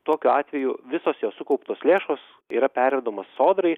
tokiu atveju visos jo sukauptos lėšos yra pervedamos sodrai